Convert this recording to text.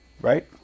Right